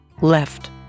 left